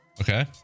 Okay